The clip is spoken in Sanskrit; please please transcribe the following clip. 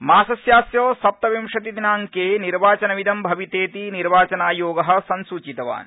मासस्यास्य सप्तविंशति दिनांके निर्वाचनमिदं भवितेति निर्वाचनायोग संसूचितवान्